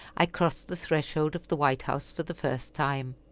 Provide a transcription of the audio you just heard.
i crossed the threshold of the white house for the first time.